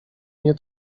nie